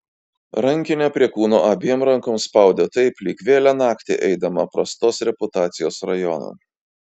rankinę prie kūno abiem rankom spaudė taip lyg vėlią naktį eidama prastos reputacijos rajonu